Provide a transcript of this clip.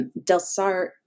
Delsart